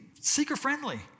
seeker-friendly